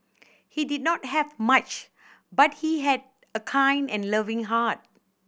he did not have much but he had a kind and loving heart